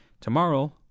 Tomorrow